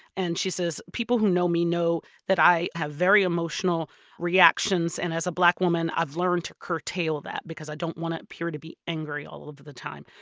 and she says, people who know me know that i have very emotional reactions, and as a black woman i've learned to curtail that because i don't want to appear to be angry all of the time.